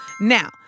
Now